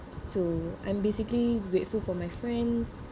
so I'm basically grateful for my friends